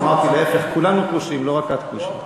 אמרתי, להפך, כולנו כושים, לא רק את כושית.